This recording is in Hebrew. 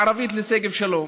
מערבית לשגב שלום.